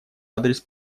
адрес